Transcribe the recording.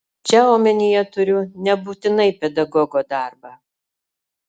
čia omenyje turiu nebūtinai pedagogo darbą